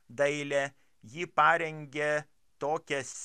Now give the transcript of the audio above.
dailė ji parengė tokias